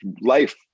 life